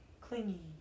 clingy